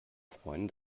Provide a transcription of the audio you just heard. freuen